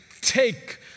take